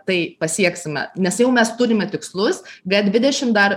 tai pasieksime nes jau mes turime tikslus g dvidešim dar